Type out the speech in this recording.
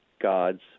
God's